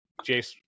jace